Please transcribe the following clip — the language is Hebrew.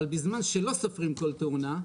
אבל בזמן שלא סופרים כל תאונה,